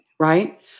right